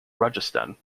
rajasthan